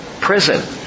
prison